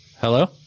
Hello